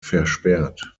versperrt